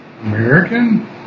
American